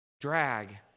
Drag